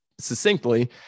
succinctly